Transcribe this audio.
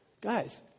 Guys